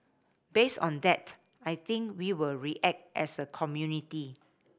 based on that I think we will react as a community